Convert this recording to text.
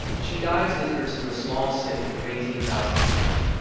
she guides visitors through a small city of eighteen thousand people.